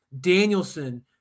Danielson